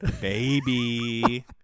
baby